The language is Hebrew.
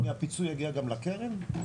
הפיצוי יגיע גם לקרן?